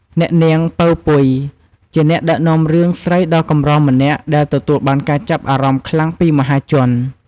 អ្នកនាង ពៅ ពុយ ជាអ្នកដឹកនាំរឿងស្រីដ៏កម្រម្នាក់ដែលទទួលបានការចាប់អារម្មណ៍ខ្លាំងពីមហាជន។